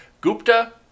Gupta